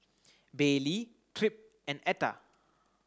Baylee Tripp and Etta